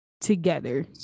together